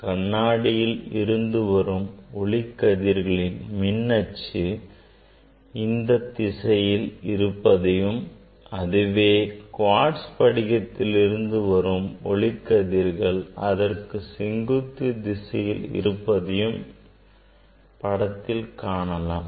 கண்ணாடியில் இருந்து வரும் ஒளிக்கதிர்களின் மின் அச்சு இத்திசையில் இருப்பதையும் அதுவே குவாட்ஸ் படிகத்தின் இருந்து வரும் ஒளிக்கதிர்கள் அதற்கு செங்குத்து திசையில் இருப்பதையும் படத்தில் காணலாம்